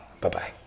Bye-bye